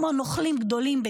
כמו נוכלים גדולים,